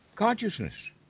Consciousness